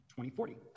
2040